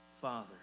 Father